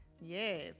Yes